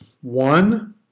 One